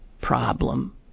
problem